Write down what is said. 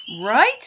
Right